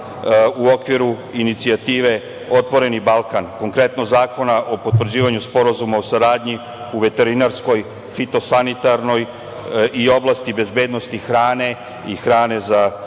u okviru inicijative "Otvoreni Balkan", konkretno Zakona o potvrđivanju Sporazuma o saradnji u veterinarskoj, fitosanitarnoj i oblasti bezbednosti hrane i hrane za